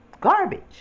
garbage